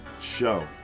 show